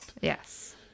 Yes